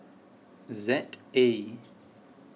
Z A